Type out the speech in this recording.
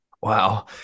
Wow